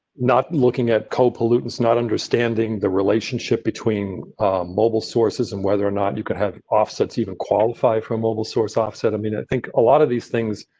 not looking at co, pollutants, not understanding the relationship between mobile sources and whether or not, you could have offsets even qualify for mobile source offset. i mean, i think a lot of these things.